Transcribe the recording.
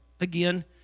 again